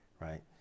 right